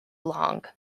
long